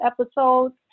episodes